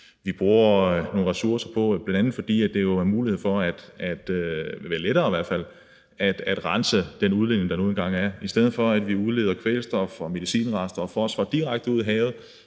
vi bruger nogle ressourcer på, bl.a. fordi der jo er mulighed for – det vil i hvert fald være lettere – at rense den udledning, der nu engang er. I stedet for at vi udleder kvælstof, medicinrester og fosfor direkte ud i havet,